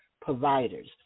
providers